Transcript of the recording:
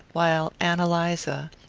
while ann eliza,